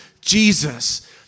Jesus